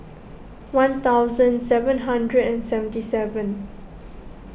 one thousand seven hundred and seventy seven